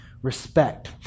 respect